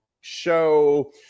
show